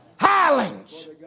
Highlands